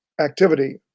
activity